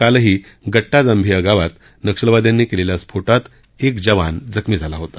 कालही गट्टा जांभिया गावात नक्षलवाद्यांनी केलेल्या स्फोटात एक जवान जखमी झाला होता